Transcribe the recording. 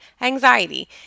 anxiety